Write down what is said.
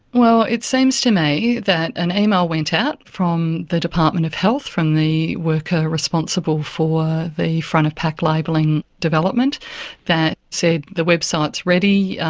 well, it seems to me that an email went out from the department of health from the worker responsible for the front-of-pack labelling development that said, the website's ready,